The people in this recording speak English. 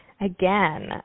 Again